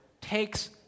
takes